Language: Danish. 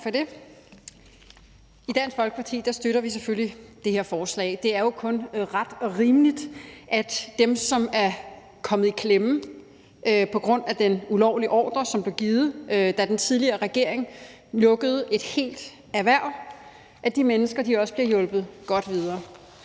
I Dansk Folkeparti støtter vi selvfølgelig det her forslag. Det er jo kun ret og rimeligt, at de mennesker, som er kommet i klemme på grund af den ulovlige ordre, som blev givet, da den tidligere regering lukkede et helt erhverv, også bliver hjulpet godt videre.